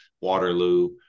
Waterloo